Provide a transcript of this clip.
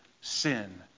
sin